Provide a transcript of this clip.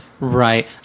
right